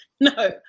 no